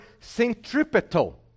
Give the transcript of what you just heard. centripetal